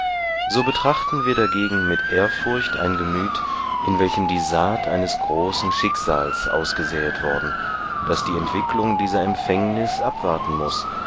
so betrachten wir dagegen mit ehrfurcht ein gemüt in welchem die saat eines großen schicksals ausgesäet worden das die entwicklung dieser empfängnis abwarten muß